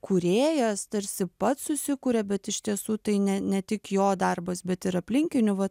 kūrėjas tarsi pats susikuria bet iš tiesų tai ne ne tik jo darbas bet ir aplinkinių va